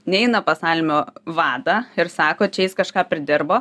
neina pas almio vadą ir sako čia jis kažką pridirbo